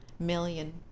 million